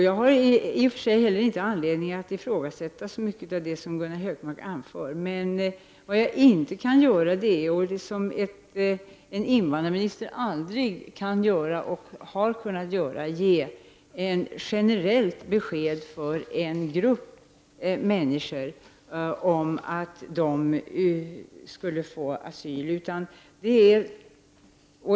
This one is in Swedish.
Jag har i och för sig inte anledning att ifrågasätta så mycket av det Gunnar Hökmark anför, men en invandrarminister kan aldrig och har aldrig kunnat ge ett generellt besked till en grupp människor om att de får asyl.